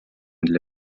для